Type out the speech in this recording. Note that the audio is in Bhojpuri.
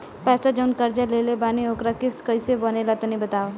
पैसा जऊन कर्जा लेले बानी ओकर किश्त कइसे बनेला तनी बताव?